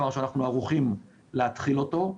שאנחנו כבר ערוכים להתחיל אותו,